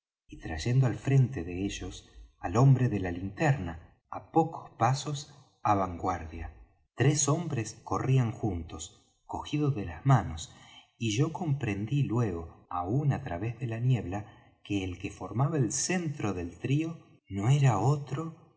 y trayendo al frente de ellos al hombre de la linterna á pocos pasos á vanguardia tres hombres corrían juntos cogidos de las manos y yo comprendí luego aun á través de la niebla que el que formaba el centro del trío no era otro